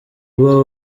rwa